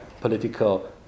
political